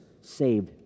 saved